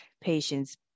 patients